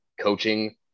coaching